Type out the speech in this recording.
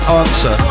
answer